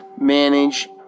manage